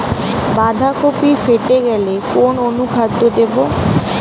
বাঁধাকপি ফেটে গেলে কোন অনুখাদ্য দেবো?